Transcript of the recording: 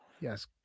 Yes